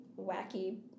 wacky